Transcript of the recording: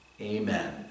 Amen